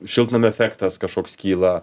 šiltnamio efektas kažkoks kyla